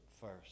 first